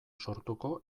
sortuko